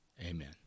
Amen